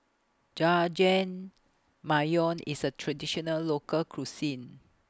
Jajangmyeon IS A Traditional Local Cuisine